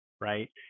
right